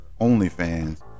OnlyFans